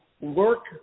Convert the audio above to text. work